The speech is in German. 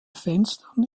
fenstern